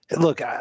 Look